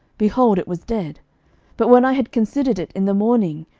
behold, it was dead but when i had considered it in the morning,